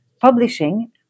publishing